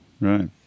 right